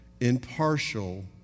impartial